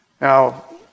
Now